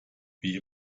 wie